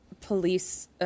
police